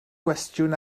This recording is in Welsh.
gwestiwn